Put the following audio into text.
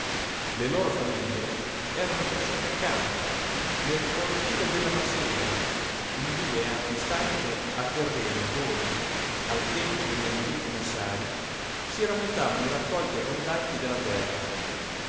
le loro famiglie erano cresciute accanto nel cortile della masseria in due ampie stanze a terreno dove al tempo degli antichi massari si rammontavano i raccolti abbondanti della terra